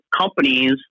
companies